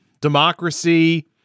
democracy